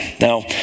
Now